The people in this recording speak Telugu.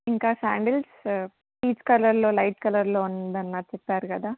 ఇంకా శ్యాండిల్స్ పీచ్ కలర్లో లైట్ కలర్లో ఉందన్నారు చెప్పారు కదా